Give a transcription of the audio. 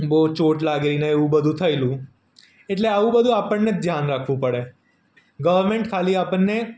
બહુ ચોટ લાગેલી ને એવું બધું થયેલું એટલે આવું બધું આપણને જ ધ્યાન રાખવું પડે ગવર્મેન્ટ ખાલી આપણને